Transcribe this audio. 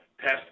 test